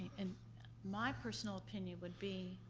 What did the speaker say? and my personal opinion would be,